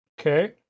Okay